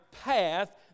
path